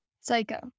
Psycho